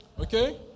Okay